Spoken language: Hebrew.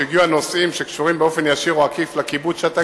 כשהגיעו נושאים שקשורים באופן ישיר או עקיף לקיבוץ שאתה גר בו,